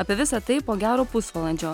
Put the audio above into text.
apie visa tai po gero pusvalandžio